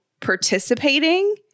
participating